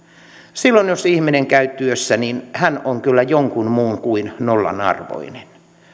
silloin jos ihminen käy työssä hän on kyllä jonkun muun kuin nollan arvoinen